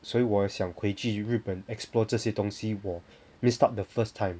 所以我想回去日本 explore 这些东西我 raise up the first time